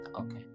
okay